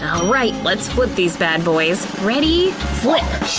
ah alright, let's flip these bad boys. ready? flip!